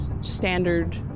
standard